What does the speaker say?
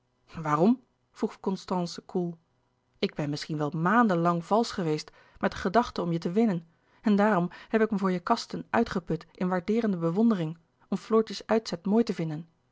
waarom vroeg constance koel ik ben misschien wel maanden lang valsch geweest met de gedachte om je te winnen en daarom heb ik me voor je kasten uitgeput in waardeerende bewondering om floortjes uitzet mooi te vinden